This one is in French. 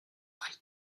riga